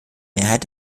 mehrheit